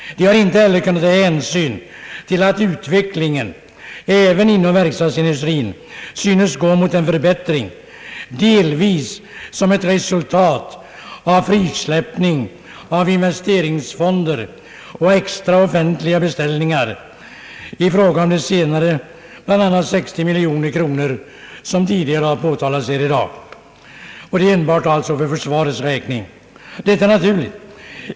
De har inte heller kunnat ta hänsyn till att utvecklingen även inom verkstadsindustrin synes gå mot en förbättring, delvis som ett resultat av frisläppningen av investeringsfonder och extra offentliga beställningar — i fråga om de senare, vilket redan nämnts här, bl.a. 60 miljoner kronor enbart för försvarets räkning. Detta är naturligt.